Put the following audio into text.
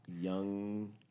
young